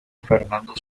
fernando